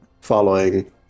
following